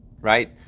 right